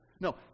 No